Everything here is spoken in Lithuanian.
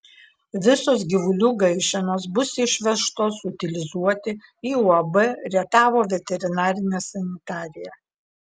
visos gyvulių gaišenos bus išvežtos utilizuoti į uab rietavo veterinarinė sanitarija